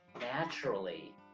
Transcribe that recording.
naturally